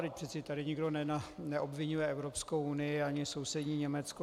Vždyť přece tady nikdo neobviňuje Evropskou unii ani sousední Německo.